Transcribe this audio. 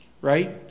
right